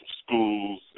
schools